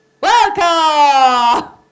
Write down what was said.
Welcome